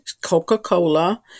coca-cola